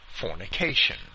fornication